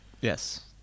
Yes